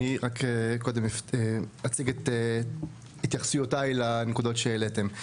אני רק קודם אציג את התייחסויותיי לנקודות שהעליתם.